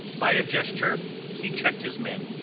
by a gesture he checked his men.